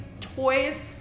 toys